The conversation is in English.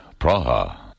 Praha